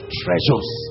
treasures